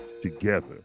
together